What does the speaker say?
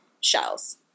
shells